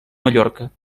mallorca